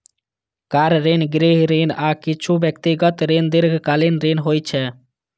car ऋण, गृह ऋण, आ किछु व्यक्तिगत ऋण दीर्घकालीन ऋण होइ छै